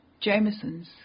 Jamesons